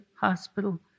Hospital